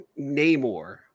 Namor